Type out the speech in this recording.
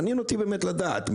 מעניין אותי באמת לדעת.